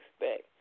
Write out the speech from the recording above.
expect